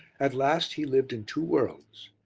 at last he lived in two worlds.